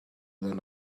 than